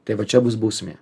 tai va čia bus bausmė